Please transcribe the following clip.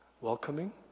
welcoming